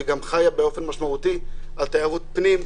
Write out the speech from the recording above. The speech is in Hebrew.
שגם חיה באופן משמעותי על תיירות פנים,